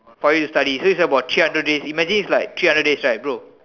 for you to study so it's about three hundred days imagine it's like three hundred days right bro